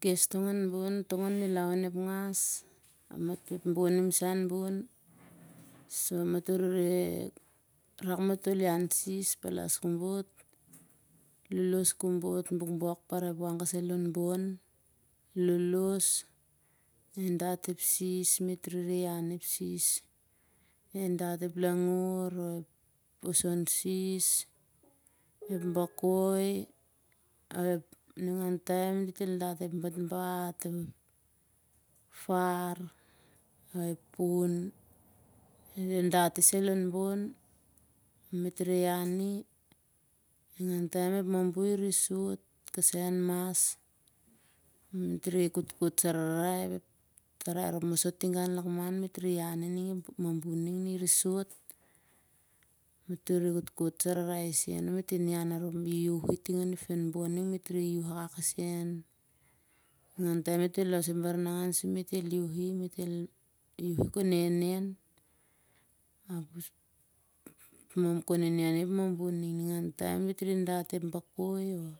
Kes tong bon, milan on ep ngas, ep bon nim sah an bon. surna matoh rere rak motol ian sis. Palas kobot bokbok kobot, parai ep wang kasai lon bon lolosh. met dat ep sis. met rere ian ep sis. Dat ep langur aro ep oson sis, ep bakoi. Nigan taem dit el dat ep batbat ep far ap ep pun met re dat i sai lon bon ap met re ian i. ningan taem ep mabuuh rere sot kasai han mas met re kotkot sararai ap tarai rop moso tingau lakman met re ian i ning ep mambu ning na i re sot matoh rere kotkot sararai i ep ning na i re sot met re iauh ting on ep nenbon. met iauh akak isen. ningen taem met re los ep baranangan sur met el iauhi, iauhi kon nennen i ep mambu ning. ningan taem met re dat ep bakoi oh